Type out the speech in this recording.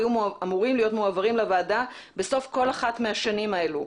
היו אמורים להיות מועברים לוועדה בסוף כל אחת מהשנים האלה.